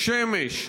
שמש.